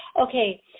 Okay